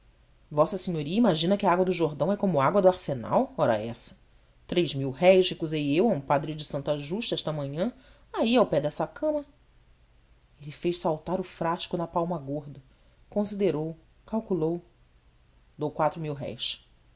vossa senhoria imagina que a água do jordão é como a água do arsenal ora essa três mil-réis recusei eu a um padre de santa justa esta manhã aí ao pé dessa cama ele fez saltar o frasco na palma gorda considerou calculou dou quatro